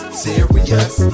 serious